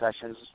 sessions